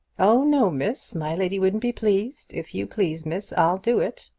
oh no, miss my lady wouldn't be pleased. if you please, miss, i'll do it.